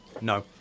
No